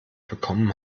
bekommen